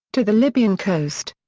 to the libyan coast.